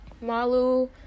malu